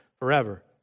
forever